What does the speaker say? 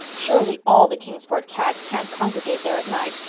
surely all the kingsport cats can't congregate there at night,